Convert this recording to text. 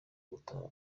gutaha